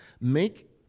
Make